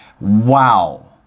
wow